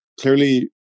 clearly